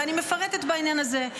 ואני מפרטת בעניין הזה.